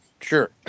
sure